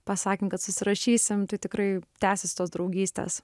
pasakėm kad susirašysim tai tikrai tęsis tos draugystės